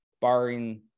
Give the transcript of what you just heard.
barring